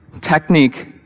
Technique